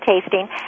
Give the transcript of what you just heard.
tasting